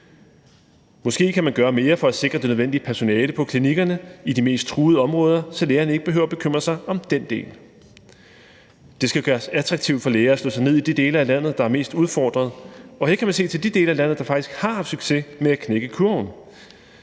Måske kan man gøre mere for at sikre det nødvendige personale på klinikkerne i de mest truede områder, så lægerne ikke behøver at bekymre sig om den del. Det skal gøres attraktivt for læger at slå sig ned i de dele af landet, der er mest udfordret, og her kan man se til de dele af landet, der faktisk har haft succes med at knække kurven.